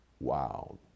wow